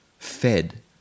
fed